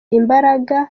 imbaraga